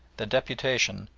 the deputation,